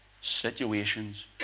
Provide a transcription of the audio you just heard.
situations